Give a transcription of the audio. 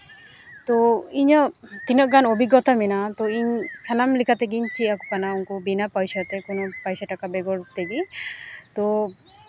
ᱛᱚ ᱤᱧᱟᱹᱜ ᱛᱤᱱᱟᱹᱜ ᱜᱟᱱ ᱚᱵᱷᱤᱜᱚᱛᱟ ᱢᱮᱱᱟᱜᱼᱟ ᱛᱚ ᱤᱧ ᱥᱟᱱᱟᱢ ᱞᱮᱠᱟᱛᱮᱜᱮ ᱪᱮᱫ ᱟᱠᱚ ᱠᱟᱱᱟ ᱩᱱᱠᱩ ᱵᱤᱱᱟ ᱯᱚᱭᱥᱟᱛᱮ ᱠᱳᱱᱳ ᱯᱚᱭᱥᱟ ᱴᱟᱠᱟ ᱵᱮᱜᱚᱨ ᱛᱮᱜᱮ ᱛᱚ